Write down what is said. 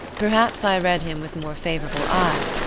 perhaps i read him with more favourable eyes,